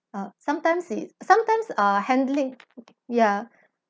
uh sometimes it sometimes uh handling yeah